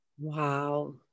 wow